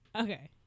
Okay